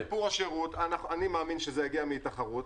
שיפור השירות, אני מאמין שזה יגיע מתחרות.